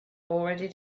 already